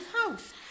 house